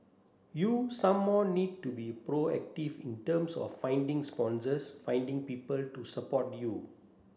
you some more need to be proactive in terms of finding sponsors finding people to support you